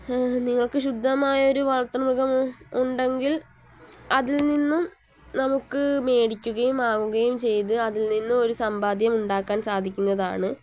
നിങ്ങൾക്ക് ശുദ്ധമായ ഒരു വളർത്തു മൃഗം ഉണ്ടെങ്കിൽ അതിൽ നിന്നും നമുക്ക് വേടിക്കുകയും വാങ്ങുകയും ചെയ്ത് അതിൽനിന്നും ഒരു സമ്പാദ്യം ഉണ്ടാക്കാൻ സാധിക്കുന്നതാണ്